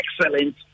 excellent